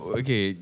okay